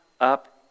up